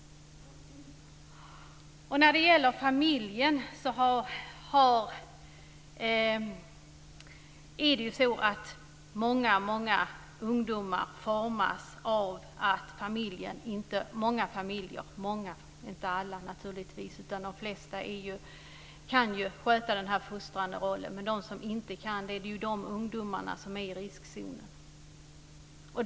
När det gäller familjen är det många ungdomar som formas av familjen. De flesta föräldrar kan ju sköta den fostrande rollen, men det är ju ungdomar till föräldrar som inte kan det som är i riskzonen.